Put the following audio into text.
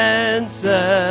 answer